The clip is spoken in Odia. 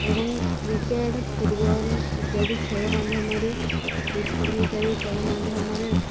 ଏବଂ କ୍ରିକେଟ୍ ଫୁଟବଲ୍ ଇତ୍ୟାଦି ଖେଳ ମାଧ୍ୟମରେ କୁସ୍ତି ଇତ୍ୟାଦି ଖେଳ ମାଧ୍ୟମରେ